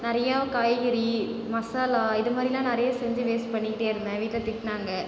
நிறையா காய்கறி மசாலா இதுமாதிரிலாம் நிறைய செஞ்சு வேஸ்ட் பண்ணிக்கிட்டே இருந்தேன் எங்கள் வீட்டில் திட்டினாங்க